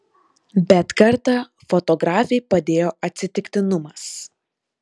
bet kartą fotografei padėjo atsitiktinumas